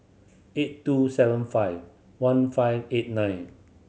eight two seven five one five eight nine